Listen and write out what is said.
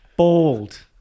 Bald